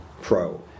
pro